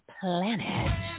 planet